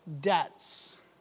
debts